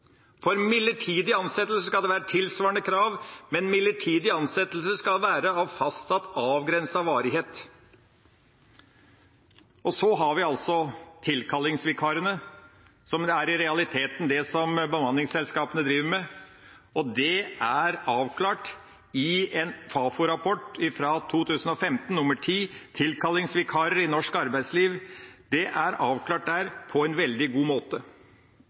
For midlertidig ansettelse skal det være tilsvarende krav, men midlertidig ansettelse skal være av fastsatt, avgrenset varighet. Så har vi tilkallingsvikarene, som i realiteten er det bemanningsselskapene driver med, og det er i Fafo-rapport 2015:10, Tilkallingsvikarer i norsk arbeidsliv, avklart på en veldig god måte.